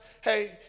hey